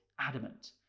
adamant